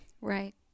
right